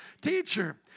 Teacher